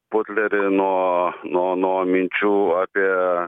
putlerį nuo nuo nuo minčių apie